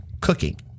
cooking